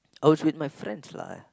I was with my friends lah